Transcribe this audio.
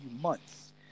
months